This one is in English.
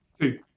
Two